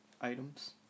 items